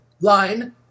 Line